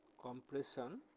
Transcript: compression